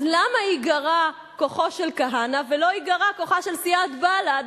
אז למה ייגרע כוחו של כהנא ולא ייגרע כוחה של סיעת בל"ד,